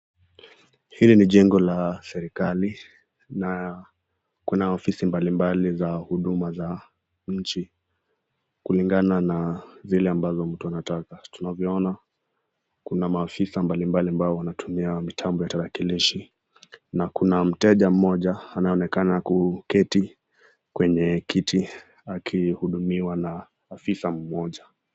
Hili ni jengo la serikali na kuna ofisi mbalimbali za huduma za nchi kulingana na vile ambavyo mtu anataka. Tunavyoona kuna maafisa mbalimbali ambao wanatumia mitambo ya tarakilishi na kuna mteja mmoja anayeonekana kuketi kwenye kiti akihudumiwa na afisa mmoja.